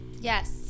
Yes